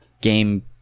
game